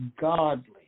godly